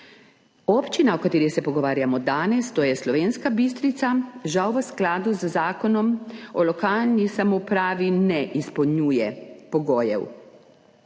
Občina, o kateri se pogovarjamo danes, to je Slovenska Bistrica, žal, v skladu z Zakonom o lokalni samoupravi, ne izpolnjuje pogojev.